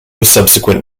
subsequent